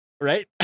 Right